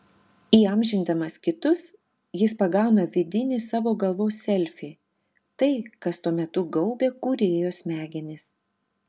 įamžindamas kitus jis pagauna vidinį savo galvos selfį tai kas tuo metu gaubia kūrėjo smegenis